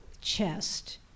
chest